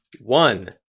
one